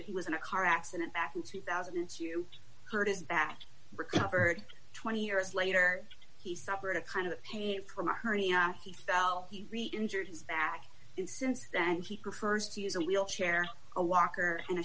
that he was in a car accident back in two thousand and two you heard is that recovered twenty years later he suffered a kind of pain from a hernia he felt he injured his back in since then and he prefers to use a wheelchair a walker and